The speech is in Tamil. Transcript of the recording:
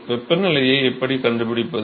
வெப்பநிலையை எப்படி கண்டுபிடிப்பது